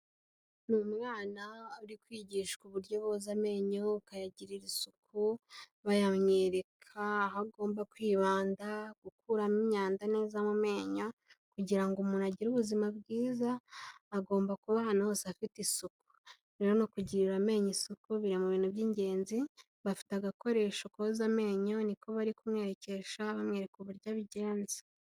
Ni umwana uri kwigishwa uburyo boza amenyo ukayagirira isuku bayamwereka aho agomba kwibanda, gukuramo imyanda neza mu menyo, kugira ngo umuntu agire ubuzima bwiza agomba kuba ahantu hose afite isuku, rero no kugirira amenyo isuku biri mu bintu by'ingenzi, bafite agakoresho koza amenyo niko bari kumwerekesha bamwereka uburyo abigenza.